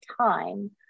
time